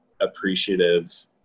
appreciative